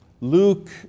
Luke